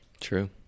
True